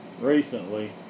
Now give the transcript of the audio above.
recently